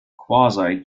quasi